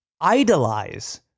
idolize